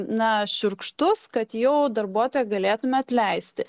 na šiurkštus kad jau darbuotoją galėtumėme atleisti